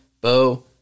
Bo